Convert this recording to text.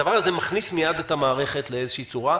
הדבר הזה מכניס מיד את המערכת לאיזה שהיא פעולה,